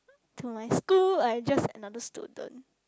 to my school I just another student